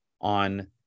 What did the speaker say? on